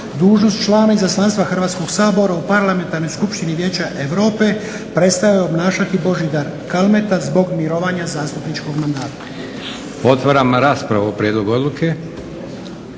2013.dužnost člana Izaslanstva Hrvatskog sabora u Parlamentarnoj skupštini Vijeća Europe prestaje obnašati Božidar Kalmeta zbog mirovanja zastupničkog mandata. **Leko, Josip (SDP)**